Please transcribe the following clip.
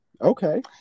Okay